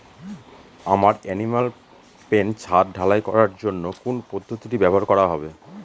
আমার animal pen ছাদ ঢালাই করার জন্য কোন পদ্ধতিটি ব্যবহার করা হবে?